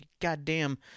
Goddamn